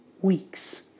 weeks